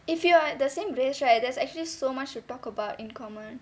if you are the same race right there's actually so much to talk about in common